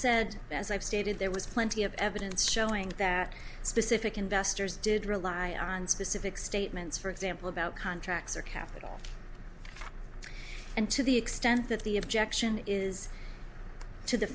said as i've stated there was plenty of evidence showing that specific investors did rely on specific statements for example about contracts or capital and to the extent that the objection is to the